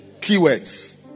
Keywords